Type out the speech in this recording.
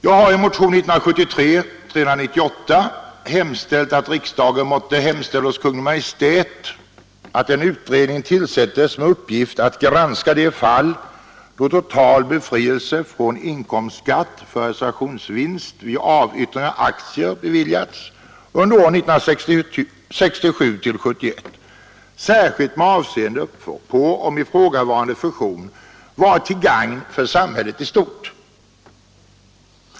Jag har i motionen 1973:398 yrkat att riksdagen måtte hemställa hos Kungl. Maj:t att en utredning tillsätts med uppgift att granska de fall då total befrielse från inkomstskatt för realisationsvinst vid avyttring av aktier beviljats under åren 1967—1971, särskilt med avseende på om ifrågavarande fusion varit till gagn för samhället i stort.